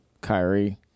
Kyrie